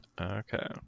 Okay